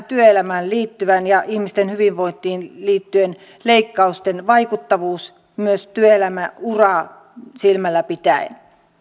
työelämään ja ihmisten hyvinvointiin liittyvien leikkausten vaikuttavuus myös työelämäuraa silmällä pitäen